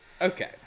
Okay